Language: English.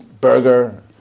burger